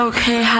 Okay